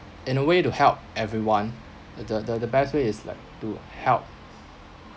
in a way to help everyone the the the the best way is like to help